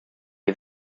est